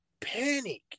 panic